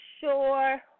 sure